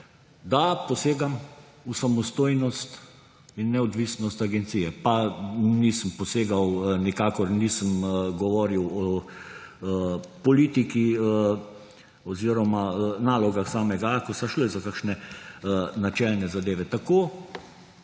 da posegam v samostojnost in neodvisnost agencije. Pa nisem posegal, nikakor nisem govoril o politiki oziroma nalogah samega Akosa, šlo je za kakšne načelne zadeve. Tako